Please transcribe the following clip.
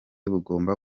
bugomba